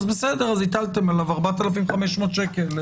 אז בסדר אז הטלתם עליו 4,500 שקלים.